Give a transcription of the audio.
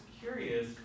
curious